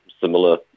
similar